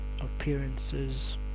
Appearances